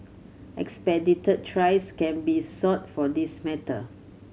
expedited trials can be sought for this matter